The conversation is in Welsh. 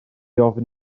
ofyn